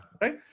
Right